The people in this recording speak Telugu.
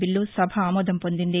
బిల్లు సభ ఆమోదం పొందింది